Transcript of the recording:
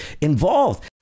involved